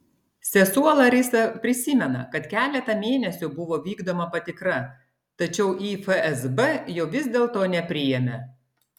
sesuo larisa prisimena kad keletą mėnesių buvo vykdoma patikra tačiau į fsb jo vis dėlto nepriėmė